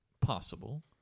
possible